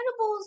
incredibles